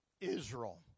Israel